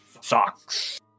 Socks